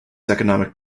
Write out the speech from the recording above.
economic